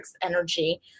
energy